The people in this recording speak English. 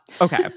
okay